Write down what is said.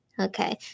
Okay